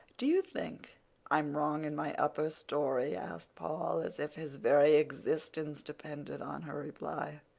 do you think i'm wrong in my upper story? asked paul, as if his very existence depended on her reply.